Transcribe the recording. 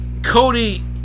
Cody